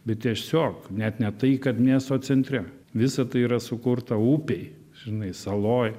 bet tiesiog net ne tai kad miesto centre visą tai yra sukurta upėj žinai saloj